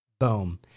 Boom